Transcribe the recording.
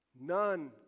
None